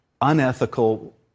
unethical